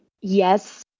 yes